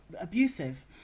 abusive